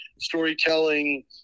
Storytelling